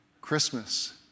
Christmas